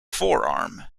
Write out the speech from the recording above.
forearm